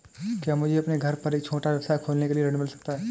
क्या मुझे अपने घर पर एक छोटा व्यवसाय खोलने के लिए ऋण मिल सकता है?